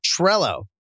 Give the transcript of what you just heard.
Trello